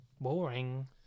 Boring